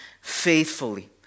faithfully